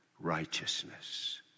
righteousness